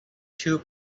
too